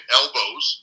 elbows